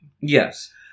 Yes